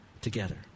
together